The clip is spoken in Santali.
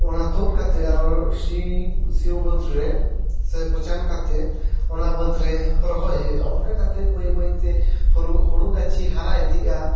ᱚᱱᱟ ᱛᱳᱫ ᱠᱟᱛᱮᱫ ᱟᱨᱚ ᱥᱤ ᱥᱤᱭᱳᱜ ᱵᱟᱹᱫ ᱨᱮ ᱥᱮ ᱯᱚᱪᱟᱱ ᱠᱟᱛᱮᱫ ᱚᱱᱟ ᱵᱟᱹᱫ ᱨᱮ ᱨᱚᱦᱚᱭ ᱦᱩᱭᱩᱜᱼᱟ ᱚᱱᱠᱟ ᱠᱟᱛᱮᱫ ᱵᱟᱹᱭ ᱵᱟᱹᱭᱛᱮ ᱦᱳᱲᱳ ᱜᱟᱹᱪᱷᱤ ᱦᱟᱨᱟ ᱤᱫᱤᱜᱼᱟ